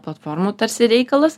platformų tarsi reikalas